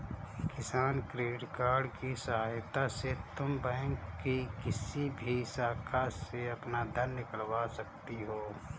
किसान credit card की सहायता से तुम बैंक की किसी भी शाखा से अपना धन निकलवा सकती हो